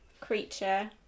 creature